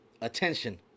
attention